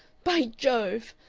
by jove!